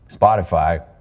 Spotify